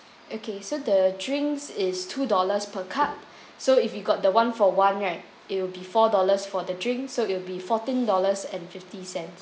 okay so the drinks is two dollars per cup so if you got the one-for-one right it'll before dollars for the drink so it'll be fourteen dollars and fifty cents